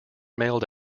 mailed